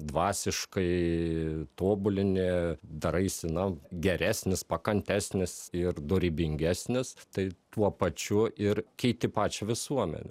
dvasiškai tobulini daraisi na geresnis pakantesnis ir dorybingesnis tai tuo pačiu ir keiti pačią visuomenę